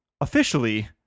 officially